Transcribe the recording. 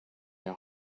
your